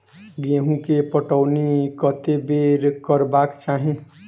गेंहूँ केँ पटौनी कत्ते बेर करबाक चाहि?